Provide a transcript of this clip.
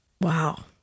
Wow